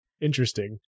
Interesting